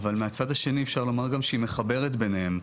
אבל מהצד השני אפשר לומר גם שהיא מחברת ביניהם,